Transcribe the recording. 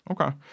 Okay